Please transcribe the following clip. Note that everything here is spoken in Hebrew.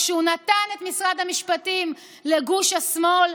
כשהוא נתן את משרד המשפטים לגוש השמאל,